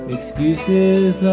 Excuses